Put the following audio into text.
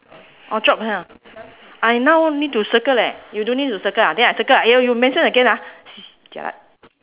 orh chop here I now need to circle leh you don't need to circle ah then I circle ah !aiya! you mention again ah jialat